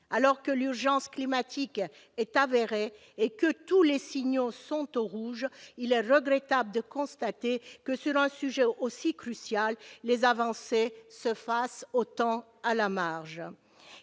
Alors que l'urgence climatique est avérée et que tous les signaux sont au rouge, il est regrettable de constater que, sur un sujet si crucial, les avancées ne se font qu'à la marge.